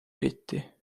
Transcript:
eriti